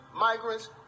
migrants